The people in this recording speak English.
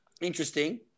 Interesting